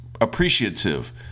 appreciative